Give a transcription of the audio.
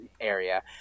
area